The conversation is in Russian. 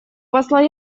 посла